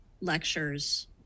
lectures